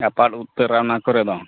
ᱟᱯᱟᱛ ᱩᱛᱟᱹᱨᱟ ᱚᱱᱟ ᱠᱚᱨᱮ ᱫᱚ